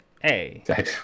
Hey